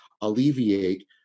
alleviate